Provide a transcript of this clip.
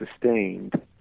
sustained